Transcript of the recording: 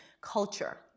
culture